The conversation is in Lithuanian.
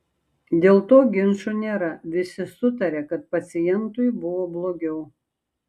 dėl to ginčų nėra visi sutaria kad pacientui buvo blogiau